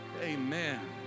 Amen